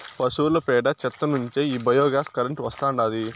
పశువుల పేడ చెత్త నుంచే ఈ బయోగ్యాస్ కరెంటు వస్తాండాది